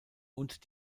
und